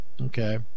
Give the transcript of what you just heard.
Okay